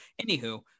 Anywho